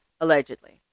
allegedly